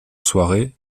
soirée